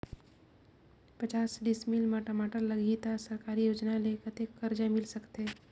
पचास डिसमिल मा टमाटर लगही त सरकारी योजना ले कतेक कर्जा मिल सकथे?